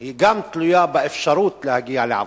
גם תלויה באפשרות להגיע לעבודה.